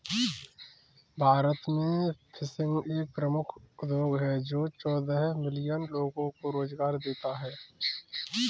भारत में फिशिंग एक प्रमुख उद्योग है जो चौदह मिलियन लोगों को रोजगार देता है